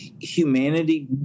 humanity